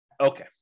Okay